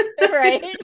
Right